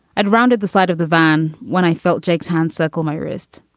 it rounded the side of the van when i felt jake's hand circle my wrist.